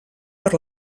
per